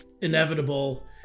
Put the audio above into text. inevitable